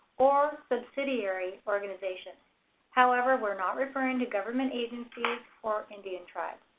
or subsidiary organization however, we are not referring to government agencies or indian tribes.